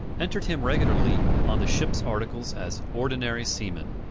entered him regularly on the ships articles as ordinary seaman.